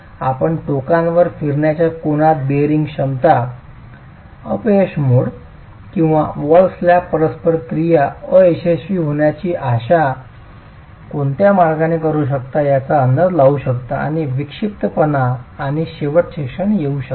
आपण टोकांवर फिरण्याच्या कोनात बेअरिंग क्षमता अपयश मोड किंवा वॉल स्लॅब परस्पर क्रिया अयशस्वी होण्याची आशा कोणत्या मार्गाने करू शकता याचा अंदाज लावू शकता आणि विक्षिप्तपणा आणि शेवटचे क्षण येऊ शकतात